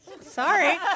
sorry